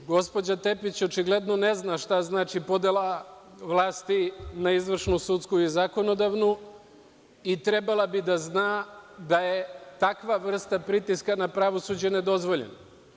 Gospođa Tepić očigledno ne zna šta znači podela vlasti na izvršnu, sudsku i zakonodavnu i trebalo bi da zna da je takva vrsta pritiska na pravosuđe nedozvoljena.